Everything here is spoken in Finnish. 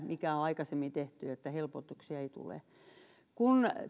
mikä on aikaisemmin tehty pitää helpotuksia ei tule kun